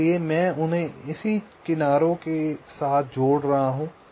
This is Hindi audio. इसलिए मैं उन्हें इसी किनारों से जोड़ रहा हूं